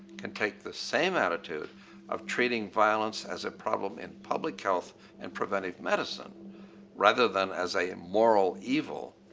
can take the same attitude of treating violence as a problem in public health and preventive medicine rather than as a moral evil.